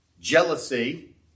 jealousy